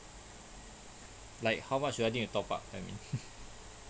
like how much do I need to top up I mean